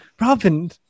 robin